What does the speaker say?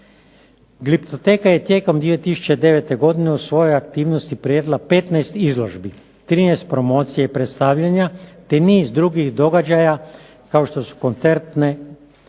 Gliptoteka je tijekom 2009. godine u svojoj aktivnosti priredila 15 izložbi, 13 promocija i predstavljanja, te niz drugih događaja kao što su koncerti,